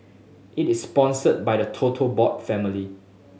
it is sponsored by the total board family